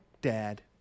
dad